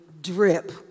drip